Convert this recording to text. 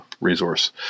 resource